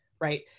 right